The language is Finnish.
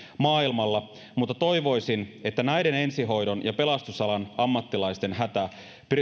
maailmalla mutta toivoisin että näiden ensihoidon ja pelastusalan ammattilaisten hätä